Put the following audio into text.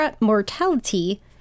mortality